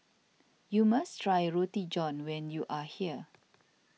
you must try Roti John when you are here